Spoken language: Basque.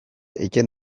egiten